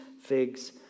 figs